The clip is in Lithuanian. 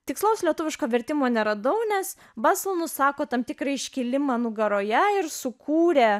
tikslaus lietuviško vertimo neradau nes balsvo nusako tam tikrą iškilimą nugaroje ir sukūrė